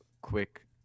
quick